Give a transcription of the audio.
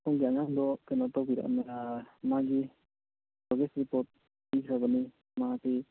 ꯁꯣꯝꯒꯤ ꯑꯉꯥꯡꯗꯣ ꯀꯩꯅꯣ ꯇꯧꯕꯤꯔꯛꯑꯝꯃꯦ ꯃꯥꯒꯤ ꯄ꯭ꯔꯣꯒ꯭ꯔꯦꯁ ꯔꯤꯄ꯭ꯣꯔꯠ ꯄꯤꯈ꯭ꯔꯕꯅꯤ ꯃꯥꯒꯤ